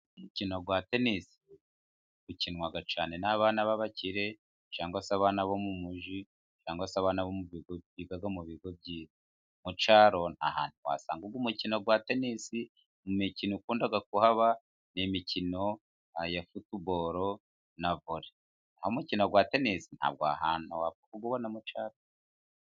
Umukino wa tenisi ukinwa cyane n'abana b'abakire ,cyangwa se abana bo mu mugi cyangwa se abana biga mu bigo byiza. Mu cyaro nta hantu basanga uyu mukino wa tenisi. Mu mikino ikunda kuhaba ni imikino ya futuboro na vole ,naho umukino wa tenisi nta hantu wapfa kuwubona mu cyaro.